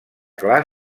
clar